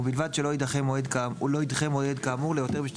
ובלבד שלא ידחה מועד כאמור ליותר משתי